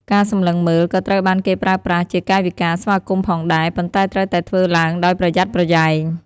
ការសម្លឹងមើល ក៏ត្រូវបានគេប្រើប្រាស់ជាកាយវិការស្វាគមន៍ផងដែរ ប៉ុន្តែត្រូវតែធ្វើឡើងដោយប្រយ័ត្នប្រយែង។